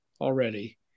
already